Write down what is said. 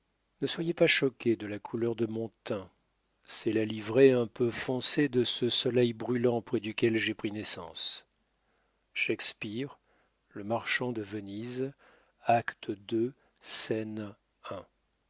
ne soyez pas choqués de la couleur de mon teint c'est la livrée un peu foncée de ce soleil brûlant près duquel j'ai pris naissance shakespeare le marchand de venise acte ii scène